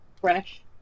fresh